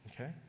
Okay